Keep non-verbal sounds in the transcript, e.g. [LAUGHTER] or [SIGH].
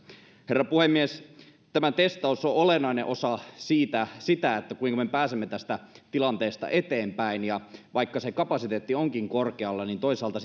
herra puhemies tämä testaus on olennainen osa sitä kuinka me pääsemme tästä tilanteesta eteenpäin ja vaikka se kapasiteetti onkin korkealla niin toisaalta [UNINTELLIGIBLE]